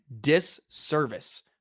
disservice